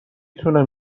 تونم